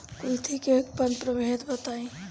कुलथी के उन्नत प्रभेद बताई?